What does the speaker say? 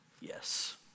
Yes